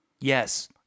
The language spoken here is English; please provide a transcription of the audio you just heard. Yes